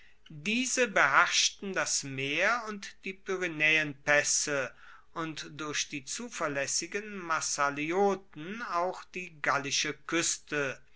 diese beherrschten das meer und die pyrenaeenpaesse und durch die zuverlaessigen massalioten auch die gallische kueste